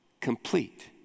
complete